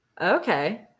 Okay